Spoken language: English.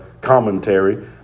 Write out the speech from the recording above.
commentary